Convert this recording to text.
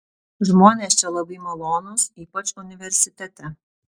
žmonės čia labai malonūs ypač universitete